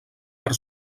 per